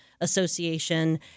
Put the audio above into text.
Association